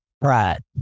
pride